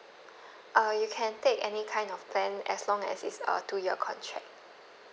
uh you can take any kind of plan as long as is a two year contract